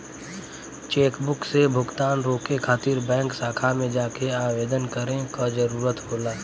chequebook से भुगतान रोके खातिर बैंक शाखा में जाके आवेदन करे क जरुरत होला